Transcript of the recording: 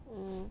mm